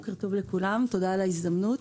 שלום לכולם, תודה על ההזדמנות.